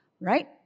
right